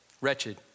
wretched